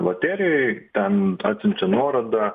loterijoj ten atsiunčia nuorodą